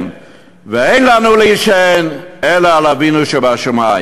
ואין לנו להישען אלא על אבינו שבשמים.